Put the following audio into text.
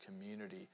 community